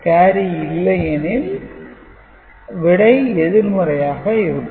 carry இல்லையெனில் விடை எதிர்மறையாக இருக்கும்